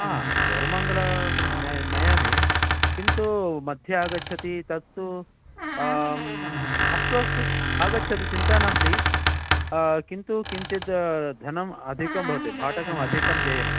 कौरमङ्गल नय नयामि किन्तु मध्ये आगच्छति तत्तु अस्तु अस्तु आगच्छतु चिन्तानास्ति किन्तु किञ्चित् धनम् अधिकं भवति भाटकम् अधिकं देयम्